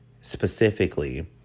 specifically